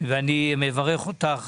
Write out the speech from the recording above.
ואני מברך אותך